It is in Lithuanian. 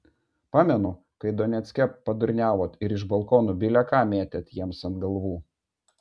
pamenu kai donecke padurniavot ir iš balkonų bile ką mėtėt jiems ant galvų